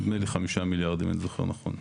נדמה לי 5 מיליארד אם אני זוכר נכון.